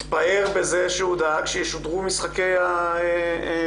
התפאר בזה שהוא דאג שישודרו משחקי הכדורגל,